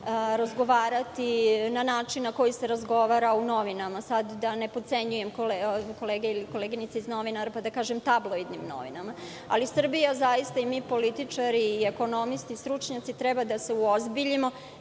razgovarati na način na koji se razgovara u novinama. Sad da ne potcenjujem kolege ili koleginice novinare, pa da kažem tabloidnim novinama, ali Srbija i mi političari i ekonomisti i stručnjaci treba da se uozbiljimo,